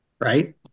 right